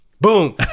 Boom